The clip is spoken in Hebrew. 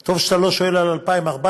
טוב שאתה לא שואל על 2014,